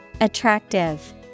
Attractive